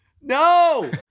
No